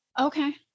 Okay